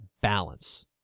balance